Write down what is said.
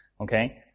okay